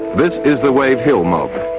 but is the wave hill mob. and